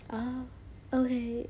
ah okay